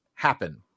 happen